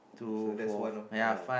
so that's one of the